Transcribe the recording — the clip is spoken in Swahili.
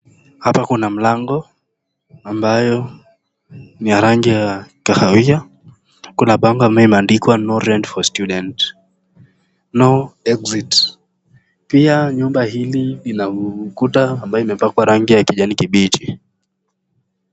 Hapa kuna mlango ambayo ni ya rangi ya kahawia, kuna bango ambayo imeandikwa no rent for students, no exit pia nyumba hili ina ukuta ambayo ime pakwa rangi ya kijani kibichi.